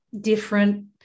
different